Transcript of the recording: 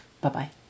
bye-bye